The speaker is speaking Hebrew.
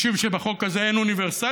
משום שבחוק הזה אין אוניברסליות.